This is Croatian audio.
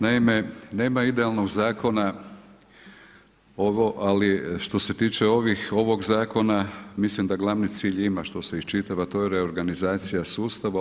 Naime, nema idealnog zakona ali što se tiče ovog zakona mislim da glavni cilj ima što se iščitava, to je reorganizacija sustava.